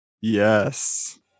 Yes